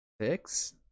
six